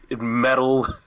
metal